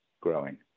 growing